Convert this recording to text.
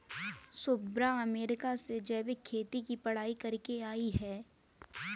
Shubhra America से जैविक खेती की पढ़ाई करके आई है